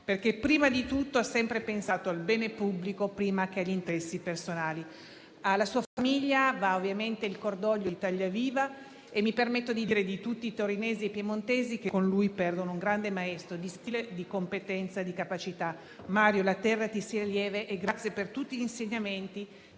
perché prima di tutto ha sempre pensato al bene pubblico, prima che gli interessi personali. Alla sua famiglia va ovviamente il cordoglio di Italia Viva e mi permetto di dire di tutti i torinesi e piemontesi che con lui perdono un grande maestro di stile, di competenza e di capacità. Mario, la terra ti sia lieve. Ti ringrazio per tutti gli insegnamenti